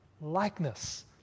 likeness